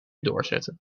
doorzetten